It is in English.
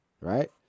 right